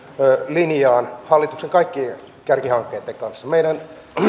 linjaan hallituksen kaikkien kärkihankkeitten kanssa meidän